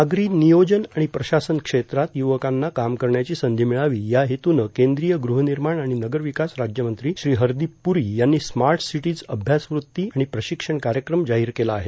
नागरी नियोजन आणि प्रशासन क्षेत्रात युवकांना काम करण्याची संधी मिळावी या हेतूनं केंद्रीय गृहनिर्माण आणि नगरविकास राज्यमंत्री श्री हरदीप पुरी यांनी स्मार्ट सिटीज अभ्यासवृत्ती आणि प्रशिक्षण कार्यक्रम जाहीर केला आहे